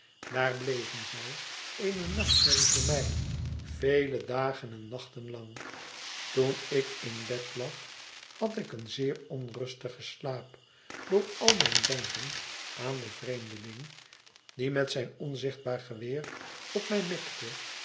daar bleven zij eene nachtmerrie voor mij vele dagen en nachten lang toen ik in bed lag had ik een zeer onrustigen slaap door al mijn denken aan den vreemdelmg die met zijn onzichtbaar geweer op mij mikte